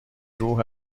روح